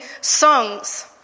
songs